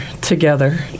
together